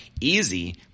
Easy